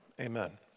amen